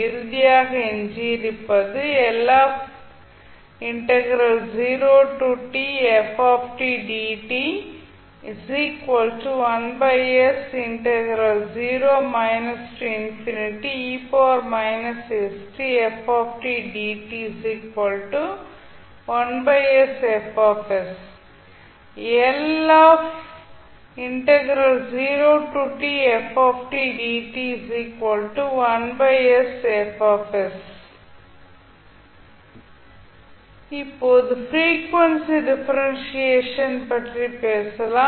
இறுதியாக எஞ்சியிருப்பது இப்போது ப்ரீக்வேன்சி டிஃபரென்ஷியேஷன் பற்றி பேசலாம்